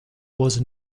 was